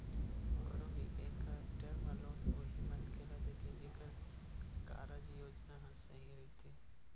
कोनो भी बेंक ह टर्म लोन उही मनखे ल देथे जेखर कारज योजना ह सही रहिथे